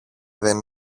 δεν